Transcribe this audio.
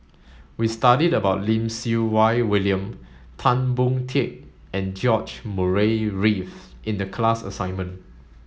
we studied about Lim Siew Wai William Tan Boon Teik and George Murray Reith in the class assignment